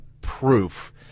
proof –